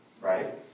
Right